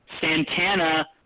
Santana